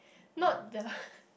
not the